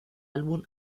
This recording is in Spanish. álbum